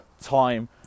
time